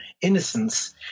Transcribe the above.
innocence